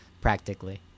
practically